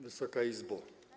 Wysoka Izbo!